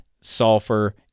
sulfur